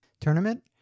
tournament